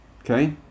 Okay